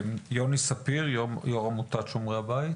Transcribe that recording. יוני ספיר, יושב ראש